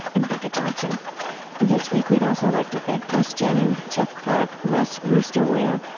and bekah johnson this week we'd also like to thank russ jennings, jeff clark, russ rooster ware,